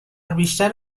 بیشتر